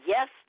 Yes